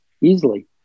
easily